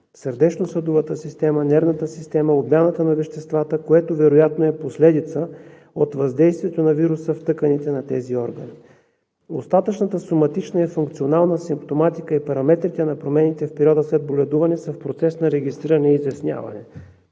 сърдечно-съдовата система, нервната система, обмяната на веществата, което вероятно е последица от въздействието на вируса в тъканите на тези органи. Остатъчната соматична и функционална симптоматика и параметрите на промените в периода след боледуване са в процес на регистриране и изясняване.